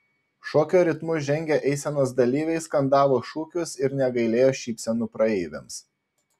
šokio ritmu žengę eisenos dalyviai skandavo šūkius ir negailėjo šypsenų praeiviams